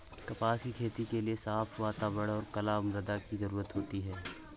कपास की खेती के लिए साफ़ वातावरण और कला मृदा की जरुरत होती है